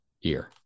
year